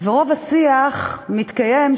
ואחריה, חבר הכנסת ישראל אייכלר.